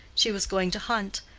she was going to hunt,